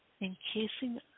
encasing